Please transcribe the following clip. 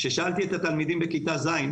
כששאלתי את התלמידים בכיתה ז'